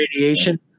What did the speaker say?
radiation